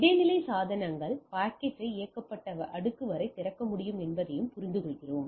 இடைநிலை சாதனங்கள் பாக்கெட்டை இயக்கப்பட்ட அடுக்கு வரை திறக்க முடியும் என்பதையும் புரிந்துகொள்கிறோம்